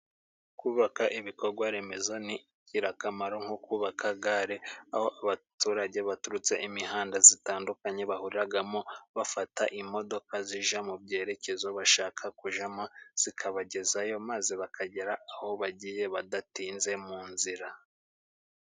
Kubaka ibikorwa remezo ni ingirakamaro, nko kubaka gare aho abaturage baturutse imihanda itandukanye bahuriramo bafata imodoka zijya mu byerekezo bashaka kujyamo, zikabagezayo maze bakagera aho bagiye badatinze mu nzira.